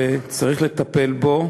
וצריך לטפל בו,